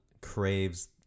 craves